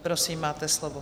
Prosím, máte slovo.